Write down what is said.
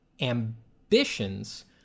ambitions